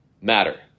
matter